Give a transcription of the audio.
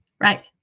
right